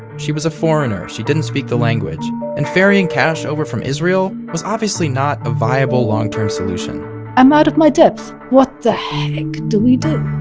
she was a foreigner, she didn't speak the language and ferrying cash over from israel was obviously not a viable long-term solution i'm out of my depth. what the heck do we do?